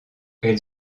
elle